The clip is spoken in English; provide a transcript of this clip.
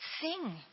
sing